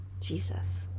Jesus